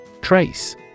Trace